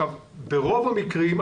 ברוב המקרים,